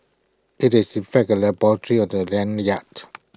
IT is in effect A laboratory of the lanyard